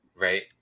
right